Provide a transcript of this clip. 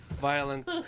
Violent